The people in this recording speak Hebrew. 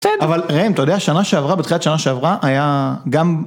אבל ראם אתה יודע שנה שעברה בתחילת שנה שעברה היה גם